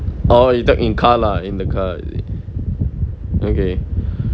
oh you talk~ in car lah in the car is it okay